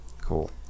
Cool